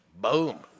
boom